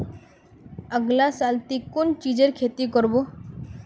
अगला साल ती कुन चीजेर खेती कर्बो